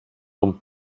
rum